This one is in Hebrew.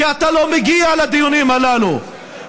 כי אתה לא מגיע לדיונים הללו.